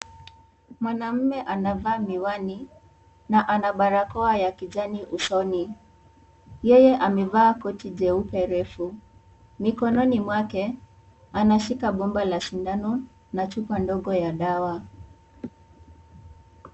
Mwanamume anavaa miwani na ana barakoa ya kijani usoni. Yeye amevaa koti jeupe refu. Mikononi mwake, anashika bomba la sindano na chupa ndogo ya dawa.